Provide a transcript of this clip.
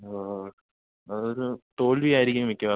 ഓ അത് ഒരു തോൽവി ആയിരിക്കും മിക്കവാറും